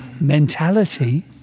mentality